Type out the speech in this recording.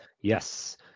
yes